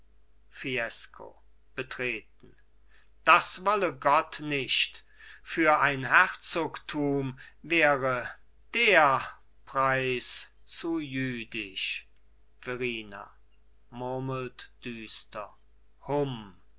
fiesco betreten das wolle gott nicht für ein herzogtum wäre der preis zu jüdisch verrina murmelt düster hum